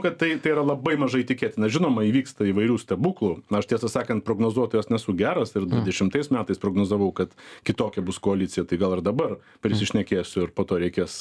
kad tai tai yra labai mažai tikėtina žinoma įvyksta įvairių stebuklų nu aš tiesą sakant prognozuotojas nesu geras ir dvidešimtais metais prognozavau kad kitokia bus koalicija tai gal ir dabar prisišnekėsiu ir po to reikės